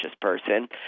person